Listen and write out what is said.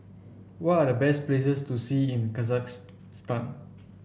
what are the best places to see in Kazakhstan